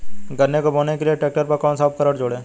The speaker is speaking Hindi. गन्ने को बोने के लिये ट्रैक्टर पर कौन सा उपकरण जोड़ें?